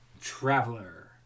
Traveler